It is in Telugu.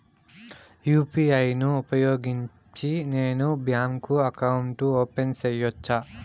యు.పి.ఐ ను ఉపయోగించి నేను బ్యాంకు అకౌంట్ ఓపెన్ సేయొచ్చా?